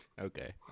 Okay